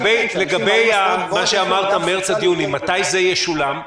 לגבי מה שאמרת מרץ עד יוני, מתי זה ישולם?